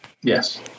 Yes